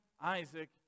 Isaac